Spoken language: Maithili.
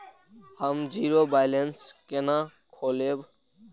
हम जीरो बैलेंस केना खोलैब?